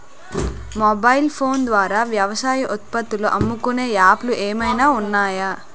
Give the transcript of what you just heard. Mobile phone ద్వారా వ్యవసాయ ఉత్పత్తులు అమ్ముకునే యాప్ లు ఏమైనా ఉన్నాయా?